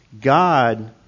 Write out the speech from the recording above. God